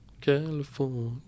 California